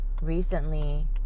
recently